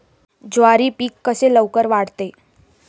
ज्वारी पीक कसे लवकर वाढते?